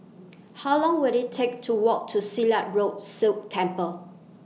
How Long Will IT Take to Walk to Silat Road Sikh Temple